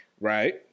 Right